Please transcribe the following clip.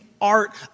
art